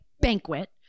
banquet